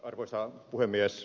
arvoisa puhemies